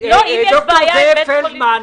ד"ר זאב פלדמן,